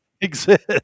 exist